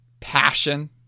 passion